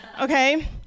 okay